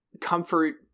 comfort